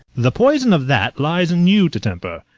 the poison of that lies in you to temper.